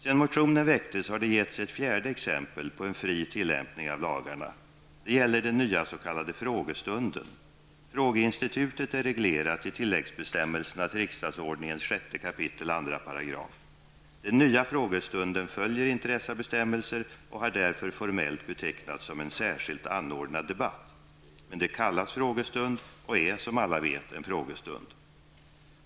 Sedan motionen väcktes har det getts ett fjärde exempel på en fri tillämpning av lagarna. Det gäller den nya s.k. frågestunden. Frågeinstitutet är regelerat i tilläggsbestämmelserna till riksdagsordningens 6 kap. 2 §. Den nya frågestunden följer inte dessa bestämmelser och har därför formellt betecknats som en ''särskilt anordnad debatt''. Men det kallas frågestund och är, som alla vet, en frågestund.